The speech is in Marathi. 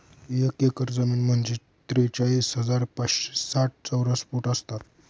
एक एकर जमीन म्हणजे त्रेचाळीस हजार पाचशे साठ चौरस फूट असतात